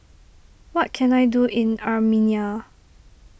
what can I do in Armenia